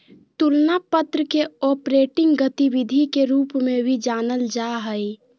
तुलना पत्र के ऑपरेटिंग गतिविधि के रूप में भी जानल जा हइ